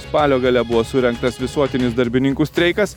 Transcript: spalio gale buvo surengtas visuotinis darbininkų streikas